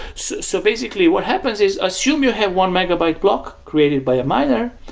so so basically what happens is assume you have one megabyte block created by a miner,